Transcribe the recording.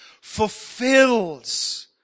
fulfills